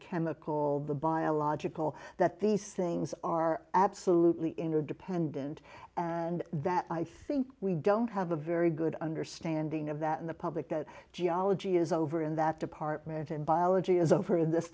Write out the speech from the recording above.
chemical the biological that these things are absolutely interdependent and that i think we don't have a very good understanding of that in the public that geology is over in that department and biology is over in this